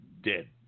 dead